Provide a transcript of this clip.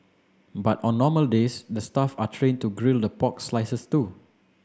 but on normal days the staff are trained to grill the pork slices too